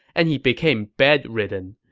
and he became bedridden.